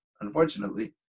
unfortunately